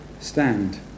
stand